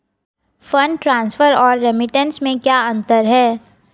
Fund transfer और remittance में क्या अंतर है?